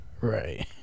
Right